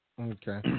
Okay